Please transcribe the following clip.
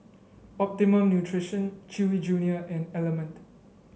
Optimum Nutrition Chewy Junior and Element